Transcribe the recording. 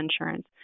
insurance